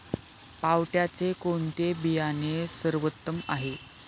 पावट्याचे कोणते बियाणे सर्वोत्तम आहे?